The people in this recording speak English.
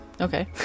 Okay